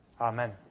Amen